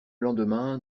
lendemain